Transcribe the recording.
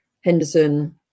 Henderson